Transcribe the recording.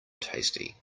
tasty